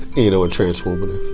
you know, and transformative.